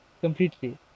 completely